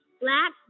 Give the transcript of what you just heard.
Black